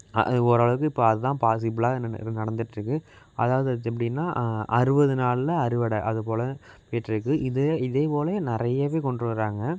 ஒரு அளவுக்கு இப்போது அதுதான் பாசிபிளாக நடந்துட்டுருக்கு அதாவது எப்படின்னா அறுபது நாளில் அறுவடை அதுபோல் போயிட்ருக்கு இதே இதே போலவே நிறையவே கொண்டுட்டு வர்றாங்க